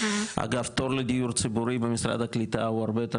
אגב תור לדיור ציבורי במשרד הקליטה הוא הרבה יותר